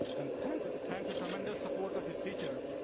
and tons tons of tremendous support of his teacher,